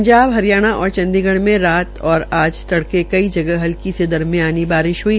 पंजाब हरियाणा और चंडीगढ़ में आज तड़के कई जगह हलकी से दरमियानी बारिश हई